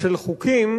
של חוקים